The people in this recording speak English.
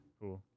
Cool